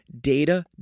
Data